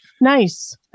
nice